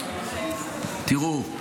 תראו,